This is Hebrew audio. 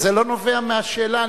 זה לא נובע מהשאלה,